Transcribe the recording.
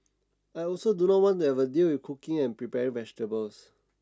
I also do not want to have to deal with cooking and prepare vegetables